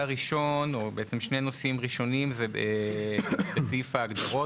שני הנושאים הראשוניים הם בסעיף ההגדרות,